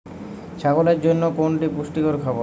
ছাগলের জন্য কোনটি পুষ্টিকর খাবার?